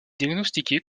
diagnostiquée